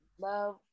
love